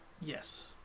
Yes